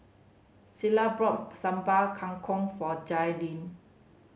Clella bought Sambal Kangkong for Jailyn